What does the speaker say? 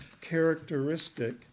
characteristic